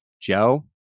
Joe